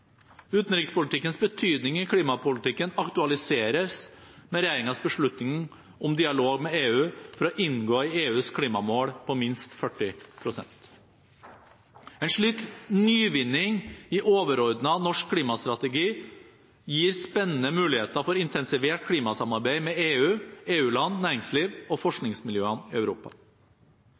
Utenrikspolitikkens betydning i klimapolitikken aktualiseres med regjeringens beslutning om dialog med EU for å inngå i EUs klimamål på minst 40 pst. En slik nyvinning i overordnet norsk klimastrategi gir spennende muligheter for et intensivert klimasamarbeid med EU, EU-land, næringsliv og